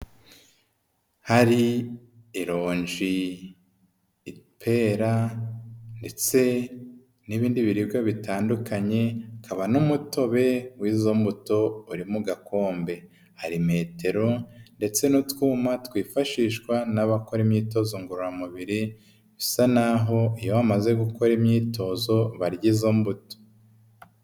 Hari ironji, ipera, ndetse n'ibindi biribwa bitandukanye, hakaba n'umutobe w'izo mbuto uri agakombe, hari metero ndetse n'utwuma twifashishwa n'abakora imyitozo ngororamubiri, bisa naho iyo bamaze gukora imyitozo barya izo mbuto.